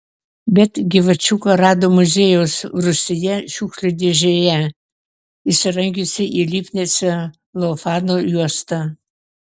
bet gyvačiuką rado muziejaus rūsyje šiukšlių dėžėje įsirangiusį į lipnią celofano juostą